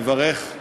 לברך על